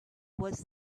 was